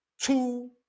two